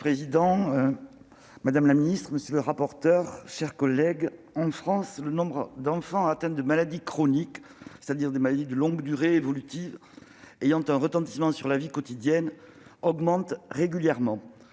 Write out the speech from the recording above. Monsieur le président, madame la secrétaire d'État, mes chers collègues, en France, le nombre d'enfants atteints de maladies chroniques, c'est-à-dire de maladies de longue durée, évolutives, ayant un retentissement sur la vie quotidienne, augmente régulièrement.